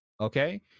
okay